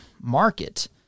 market